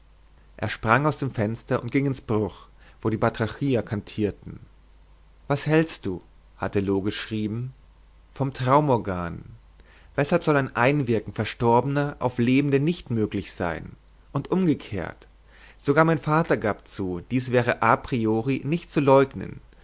er sprang aus dem fenster und ging ins bruch wo die batrachier kantierten was hältst du hatte loo geschrieben vom traumorgan weshalb soll ein einwirken verstorbener auf lebende nicht möglich sein und umgekehrt sogar mein vater gab zu dies wäre a priori nicht zu leugnen